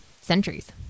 centuries